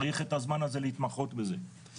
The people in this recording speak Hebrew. צריך את הזמן הזה להתמחות בזה.